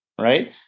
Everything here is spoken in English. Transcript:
Right